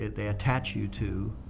they attach you to,